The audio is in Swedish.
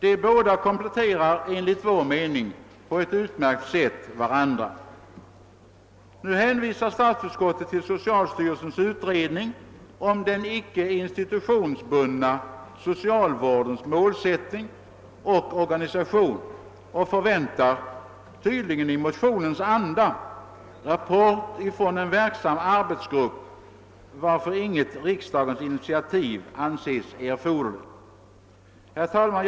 De båda kompletterar enligt vår mening på ett utmärkt sätt varandra: Nu hänvisar statsutskottet till: soeialstyrelsens utredning om den icke institutionsbundna socialvårdens målsättning och organisation och förväntar — tydligen i motionens anda — rapport från :en verksam arbetsgrupp, varför inget riksdagens initiativ anses erforderligt. Herr talman!